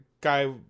guy